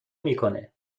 میکنه